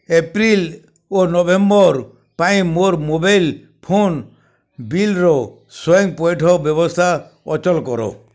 April ଓ November ପାଇଁ ମୋର ମୋବାଇଲ୍ ଫୋନ୍ ବିଲ୍ର ସ୍ଵୟଂ ପଇଠ ବ୍ୟବସ୍ଥା ଅଚଳ କର